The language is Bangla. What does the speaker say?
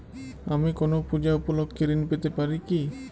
আমি কোনো পূজা উপলক্ষ্যে ঋন পেতে পারি কি?